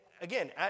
again